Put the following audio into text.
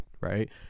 right